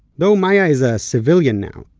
though maya is a civilian now,